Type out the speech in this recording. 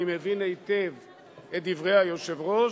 אני מבין היטב את דברי היושב-ראש.